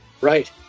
Right